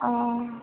ओ